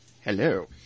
Hello